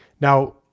Now